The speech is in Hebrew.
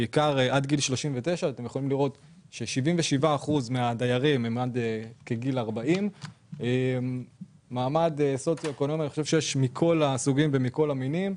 בעיקר עד גיל 39. אתם יכולים לראות ש-77% מהדיירים הם עד גיל 40. אני חושב שמבחינת מעמד סוציו אקונומי יש מכל הסוגים ומכל המינים,